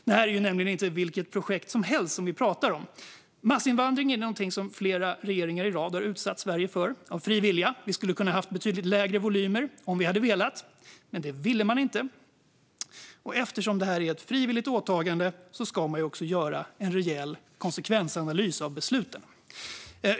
Det är nämligen inte vilket projekt som helst som vi pratar om. Massinvandring är någonting som flera regeringar i rad har utsatt Sverige för av fri vilja. Vi skulle kunnat ha betydligt lägre volymer om man hade velat, men det ville man inte. Eftersom det här är ett frivilligt åtagande ska man också göra en rejäl konsekvensanalys av besluten.